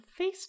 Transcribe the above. Facebook